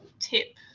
tip